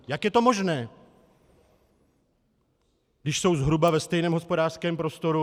Jak je to možné, když jsou zhruba ve stejném hospodářském prostoru?